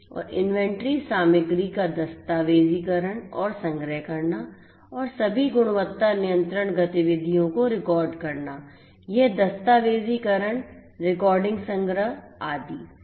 और इन्वेंट्री सामग्री का दस्तावेजीकरण और संग्रह करना और सभी गुणवत्ता नियंत्रण गतिविधियों को रिकॉर्ड करना यह दस्तावेज़ीकरण रिकॉर्डिंग संग्रह आदि